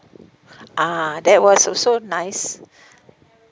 ah that was also nice